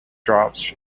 drops